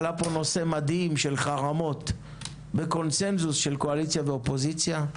עלה פה נושא מדהים של חרמות בקונצנזוס של קואליציה ואופוזיציה.